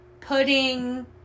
pudding